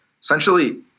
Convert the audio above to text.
essentially